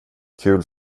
kul